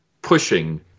pushing